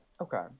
Okay